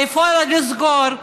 איפה לסגור,